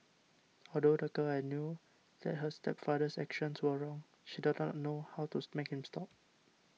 although the girl knew that her stepfather's actions were wrong she did not know how to make him stop